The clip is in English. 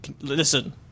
Listen